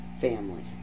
family